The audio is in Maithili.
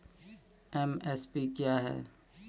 एम.एस.पी क्या है?